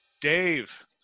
Dave